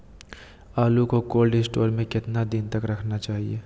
आलू को cold store में कितना दिन तक रखना चाहिए?